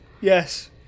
Yes